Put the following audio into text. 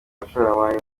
abashoramari